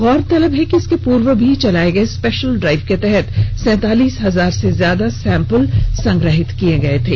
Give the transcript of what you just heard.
गौरतलब है कि इसके पूर्व भी चलाए गए स्पेशल ड्राइव के तहत सैंतालीस हजार से ज्यादा सैम्पल संग्रहित किए गए थे